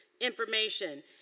information